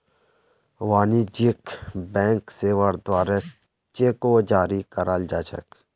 वाणिज्यिक बैंक सेवार द्वारे चेको जारी कराल जा छेक